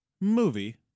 Movie